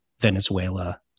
Venezuela